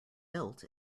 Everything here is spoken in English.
built